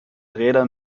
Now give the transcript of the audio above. räder